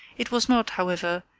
it was not, however,